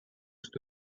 что